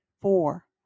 four